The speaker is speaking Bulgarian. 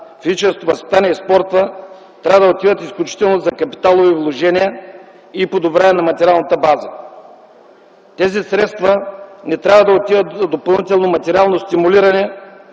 физическото възпитание и спорта трябва да отиват изключително за капиталови вложения и подобряване на материалната база. Тези средства не трябва да отиват за допълнително материално стимулиране,